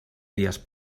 dies